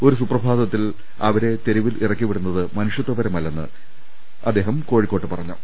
ഒരു സുപ്രഭാതത്തിൽ അവരെ തെരുവിൽ ഇറക്കിവിടു ന്നത് മനുഷ്യത്വപരമല്ലെന്ന് അദ്ദേഹം കോഴിക്കോട്ട് പറഞ്ഞു